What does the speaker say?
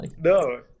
No